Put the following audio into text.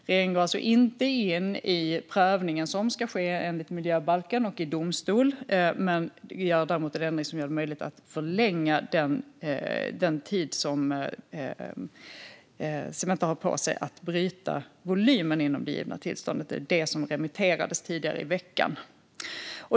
Regeringen går alltså inte in i den prövning som ska ske enligt miljöbalken i domstol, men gör däremot en ändring som gör det möjligt att förlänga den tid som Cementa har på sig att bryta volymen inom det givna tillståndet. Det var detta som remitterades tidigare i veckan.